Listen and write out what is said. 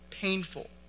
Painful